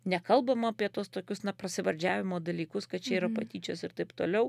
nekalbama apie tuos tokius na prasivardžiavimo dalykus kad čia yra patyčios ir taip toliau